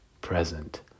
present